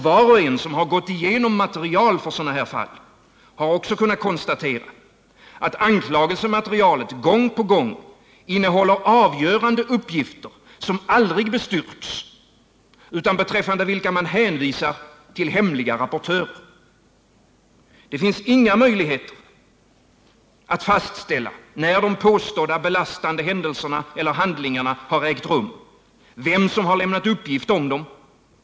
Var och en som gått igenom material från sådana fall har kunnat konstatera att anklagelsematerialet gång på gång innehåller avgörande uppgifter, som aldrig bestyrks utan beträffande vilka man hänvisar till hemliga rapportörer. Det finns inga möjligheter att fastställa när de påstådda belastande händelserna eller handlingarna ägt rum eller vem som lämnat uppgift om dem.